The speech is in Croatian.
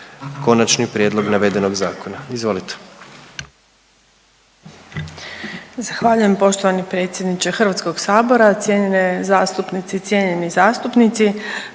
Konačni prijedlog navedenog zakona, izvolite.